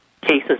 cases